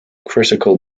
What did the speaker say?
critical